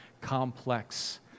complex